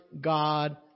God